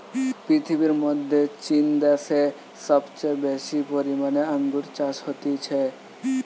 পৃথিবীর মধ্যে চীন দ্যাশে সবচেয়ে বেশি পরিমানে আঙ্গুর চাষ হতিছে